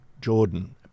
Jordan